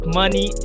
money